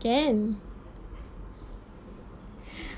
can